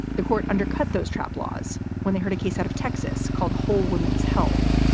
the court undercut those trap laws when they heard a case out of texas called whole woman's health.